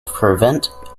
prevent